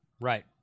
right